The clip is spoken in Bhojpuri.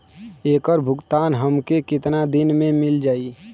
ऐकर भुगतान हमके कितना दिन में मील जाई?